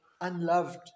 unloved